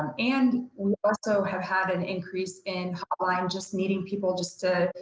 and we also have had an increase in hotline, just meeting people just to,